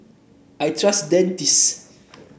I trust Dentiste